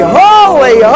holy